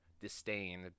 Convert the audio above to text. disdain